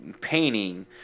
painting